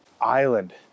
island